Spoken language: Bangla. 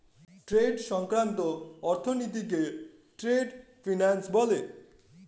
ট্রেড সংক্রান্ত অর্থনীতিকে ট্রেড ফিন্যান্স বলে